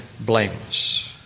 blameless